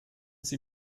sie